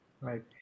right